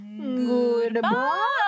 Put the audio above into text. Goodbye